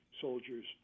soldiers